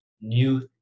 new